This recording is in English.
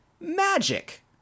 magic